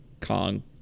Kong